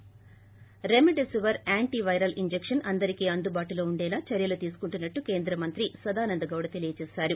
ముఖ్యాంశాలు ి remdesivir antiviral injection అందరికీ అందుబాటులో ఉండేలా చర్యలు తీసుకున్నట్లు కేంద్ర మంత్రి సదానంద గౌడ తెలిపారు